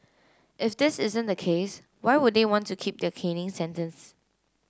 if this isn't the case why would they want to keep their caning sentence